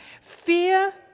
Fear